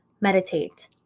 meditate